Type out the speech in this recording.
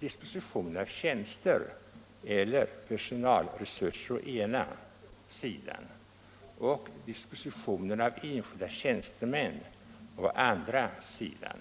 disposition av tjänster eller personalresurser å ena sidan och disposition av enskilda tjänstemän å andra sidan.